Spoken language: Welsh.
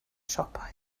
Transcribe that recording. siopau